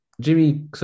Jimmy